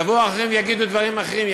יבואו אחרים ויגידו דברים אחרים.